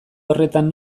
horretan